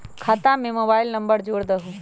खाता में mobile number जोड़ दहु?